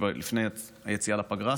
לפני היציאה לפגרה,